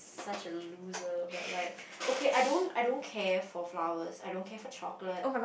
such a loser but like okay I don't I don't care for flowers I don't care for chocolate